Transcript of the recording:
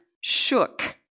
shook